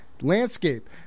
landscape